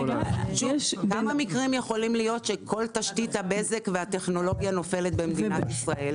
כמה מקרים יכולים להיות שכל תשתית הבזק והטכנולוגיה נופלת במדינת ישראל?